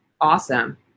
awesome